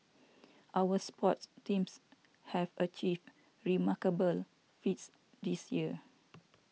our sports teams have achieved remarkable feats this year